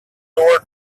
door